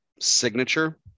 signature